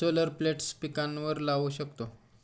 solar plates पिकांवर लाऊ शकतो